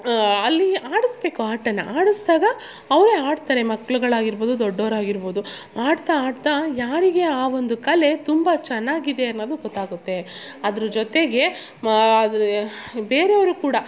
ಅಲ್ಲಿ ಆಡಿಸ್ಬೇಕು ಆಟ ಆಡಿಸಿದಾಗ ಅವರೆ ಆಡ್ತರೆ ಮಕ್ಳುಗಳಾಗಿರ್ಬೋದು ದೊಡ್ಡೋರ ಆಗಿರ್ಬೋದು ಆಡ್ತ ಆಡ್ತ ಯಾರಿಗೆ ಆ ಒಂದು ಕಲೆ ತುಂಬ ಚೆನ್ನಾಗಿದೆ ಅನ್ನೋದು ಗೊತ್ತಾಗುತ್ತೆ ಅದ್ರ ಜೊತೆಗೆ ಬೇರೆಯವರು ಕೂಡ